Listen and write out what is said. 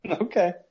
Okay